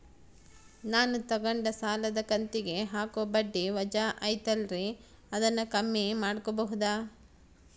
ನಾನು ತಗೊಂಡ ಸಾಲದ ಕಂತಿಗೆ ಹಾಕೋ ಬಡ್ಡಿ ವಜಾ ಐತಲ್ರಿ ಅದನ್ನ ಕಮ್ಮಿ ಮಾಡಕೋಬಹುದಾ?